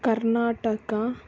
Karnataka